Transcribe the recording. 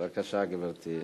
בבקשה, גברתי.